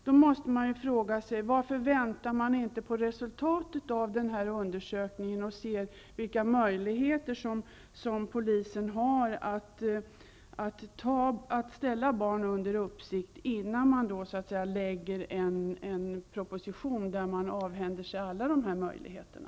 Då måste man fråga sig varför man inte väntar på resultatet av den här undersökningen, och ser vilka möjligheter som polisen har att ställa barn under uppsikt, innan man lägger fram en proposition där man avhänder sig alla de här möjligheterna.